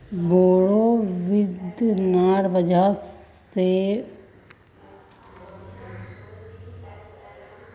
बोड़ो विद्वानेर वजह स भारतेर आर्थिक व्यवस्था अयेज भी बहुत मजबूत मनाल जा ती जा छ